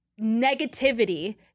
negativity